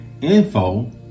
info